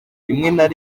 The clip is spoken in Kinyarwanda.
rimwe